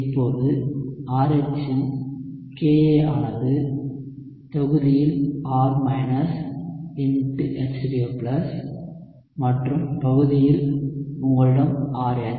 இப்போது RH இன் Ka ஆனது தொகுதியில் R H3O மற்றும் பகுதியில் உங்களிடம் RH